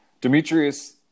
Demetrius